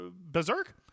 berserk